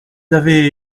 avaient